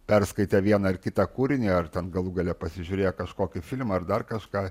perskaitę vieną ar kitą kūrinį ar ten galų gale pasižiūrėję kažkokį filmą ar dar kažką